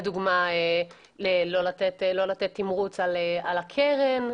לדוגמה, לא לתת תמרוץ עבור הקרן.